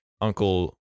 Uncle